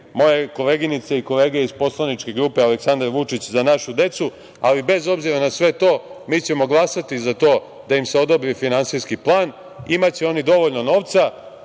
kolege koleginice i kolege iz Poslaničke grupe „Aleksandar Vučić – Za našu decu“, ali bez obzira na sve to, mi ćemo glasati za to da im se odobri finansijski plan. Imaće oni dovoljno novca.